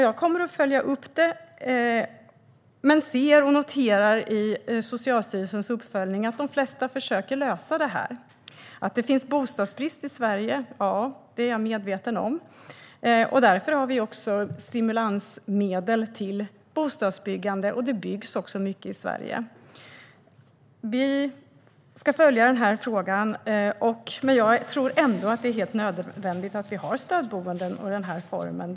Jag kommer att följa upp det, men jag ser och noterar i Socialstyrelsens uppföljning att de flesta försöker lösa detta. Det finns bostadsbrist i Sverige. Ja, det är jag medveten om. Därför har vi stimulansmedel till bostadsbyggande. Det byggs också mycket i Sverige. Vi ska följa frågan, men jag tror ändå att det är helt nödvändigt att vi har den här formen av stödboende.